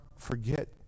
forget